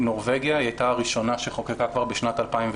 נורבגיה הייתה הראשונה שחוקקה כבר בשנת 2008